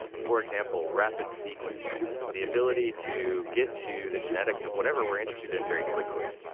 for example, rapid sequencing the ability to get to the genetics of whatever we're interested in very quickly.